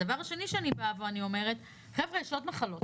הדבר השני שאני אומרת הוא שיש עוד מחלות